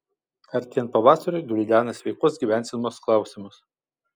artėjant pavasariui gvildena sveikos gyvensenos klausimus